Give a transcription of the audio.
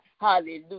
hallelujah